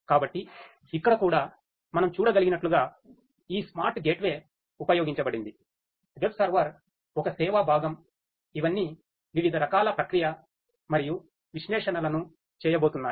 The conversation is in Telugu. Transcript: కాబట్టి ఇక్కడ కూడా మనం చూడగలిగినట్లుగా ఈ స్మార్ట్ గేట్వే ఉపయోగించబడింది వెబ్ సర్వర్ ఒక సేవా భాగం ఇవన్నీ వివిధ రకాల ప్రక్రియ మరియు విశ్లేషణలను చేయబోతున్నాయి